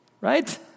Right